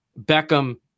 Beckham